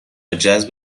جذب